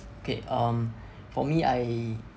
okay um for me I